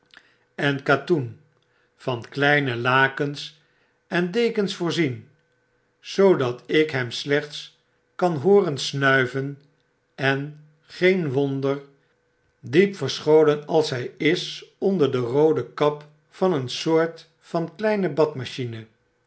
en katoen van kleine lakens en dekens voorzien zoodat ik hem slechts kan hooren snuiven en geen wonder diep verscholen als hg isonder de roode kap van een soort van kleine badmachine